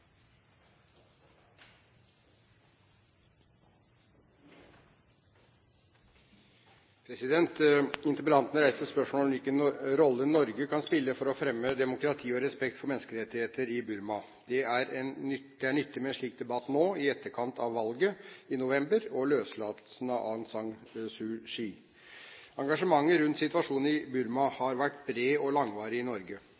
fremme demokrati og respekt for menneskerettigheter i Burma. Det er nyttig med en slik debatt nå, i etterkant av valget i Burma i november og løslatelsen av Aung San Suu Kyi. Engasjementet rundt situasjonen i Burma har vært bredt og langvarig i Norge.